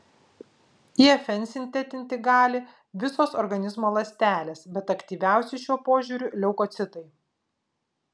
ifn sintetinti gali visos organizmo ląstelės bet aktyviausi šiuo požiūriu leukocitai